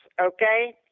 okay